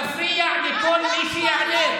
תפריע לכל מי שיעלה.